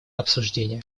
обсуждения